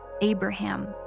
Abraham